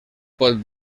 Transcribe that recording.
pot